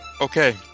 Okay